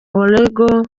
oregon